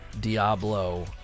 Diablo